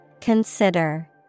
Consider